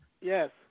Yes